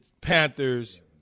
Panthers